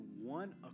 one